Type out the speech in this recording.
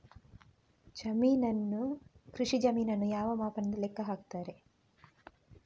ಕೃಷಿ ಜಮೀನನ್ನು ಯಾವ ಮಾಪನದಿಂದ ಲೆಕ್ಕ ಹಾಕ್ತರೆ?